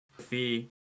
fee